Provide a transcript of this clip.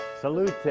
salute.